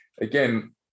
again